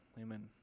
amen